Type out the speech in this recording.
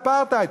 אפרטהייד.